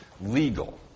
legal